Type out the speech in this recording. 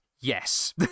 yes